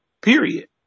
period